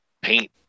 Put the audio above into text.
paint